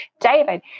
David